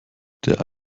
der